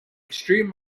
extreme